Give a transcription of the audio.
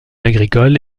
agricole